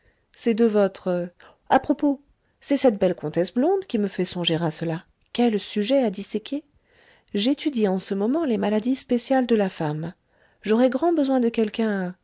c'est de votre a propos c'est cette belle comtesse blonde qui me fait songer à cela quel sujet à disséquer j'étudie en ce moment les maladies spéciales de la femme j'aurais grand besoin de quelqu'un